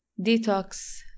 detox